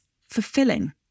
fulfilling